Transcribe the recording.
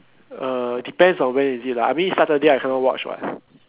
uh depends on where is it lah I mean Saturday I cannot watch [what]